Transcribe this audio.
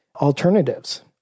alternatives